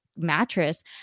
mattress